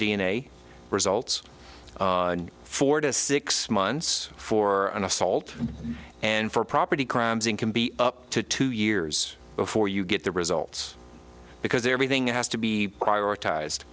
a results four to six months for an assault and for property crimes and can be up to two years before you get the results because everything has to be prioritised